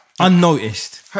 Unnoticed